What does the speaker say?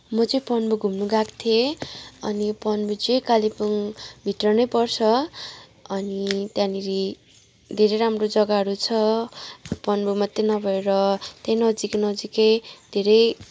म चाहिँ पन्बू घुम्नु गएको थिएँ अनि पन्बू चाहिँ कालेबुङभित्र नै पर्छ अनि त्यहाँनिर धेरै राम्रो जग्गाहरू छ पन्बू मात्रै नभएर त्यहीँ नजिक नजिकै धेरै